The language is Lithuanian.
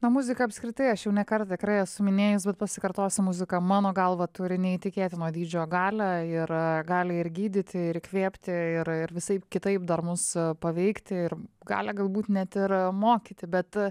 na muzika apskritai aš jau nekart tikrai esu minėjus bet pasikartosiu muzika mano galva turi neįtikėtino dydžio galią ir gali ir gydyti ir įkvėpti ir ir visaip kitaip dar mus paveikti ir galią galbūt net ir mokyti bet